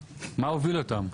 הוביל אותם לזה?